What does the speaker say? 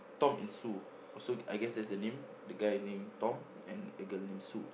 Tom and Sue also I guess that's the name the guy name Tom and a girl name Sue